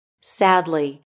Sadly